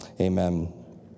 Amen